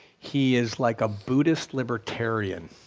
he is like a buddhist libertarian